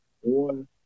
one